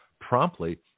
promptly